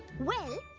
well,